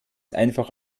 einfach